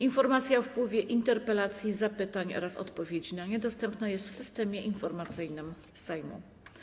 Informacja o wpływie interpelacji, zapytań oraz odpowiedzi na nie jest dostępna w Systemie Informacyjnym Sejmu.